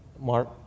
Mark